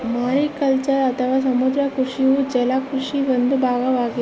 mariculture ಅಥವಾ ಸಮುದ್ರ ಕೃಷಿಯು ಜಲ ಕೃಷಿಯ ಒಂದು ಭಾಗವಾಗಿದೆ